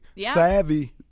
Savvy